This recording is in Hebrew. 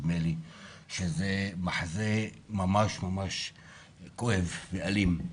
שזה מחזה ממש כואב ואלים.